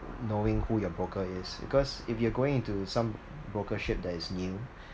knowing who your broker is because if you're going into some brokership that is new